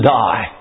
die